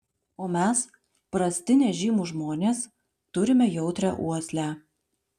o mes prasti nežymūs žmonės turime jautrią uoslę